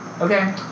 Okay